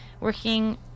working